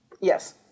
Yes